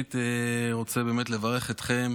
ראשית אני רוצה לברך אתכם